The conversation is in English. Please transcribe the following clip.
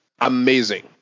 amazing